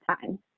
time